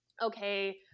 okay